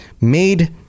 made